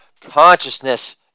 consciousness